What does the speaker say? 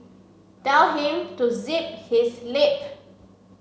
tell him to zip his lip